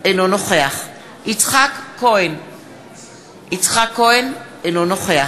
אינו נוכח יצחק כהן, אינו נוכח